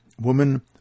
Woman